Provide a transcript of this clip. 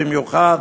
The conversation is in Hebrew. במיוחד